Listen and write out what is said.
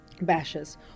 bashes